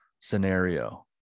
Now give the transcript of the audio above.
scenario